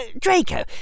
Draco